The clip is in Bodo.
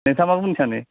नोंथाङा मा बुंनो सानो